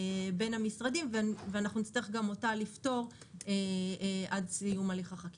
אם אני נכנס לראש של זה שמנסה להרוויח ולא אכפת לו שזה על חשבון הציבור,